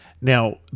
now